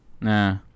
nah